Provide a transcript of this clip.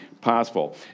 possible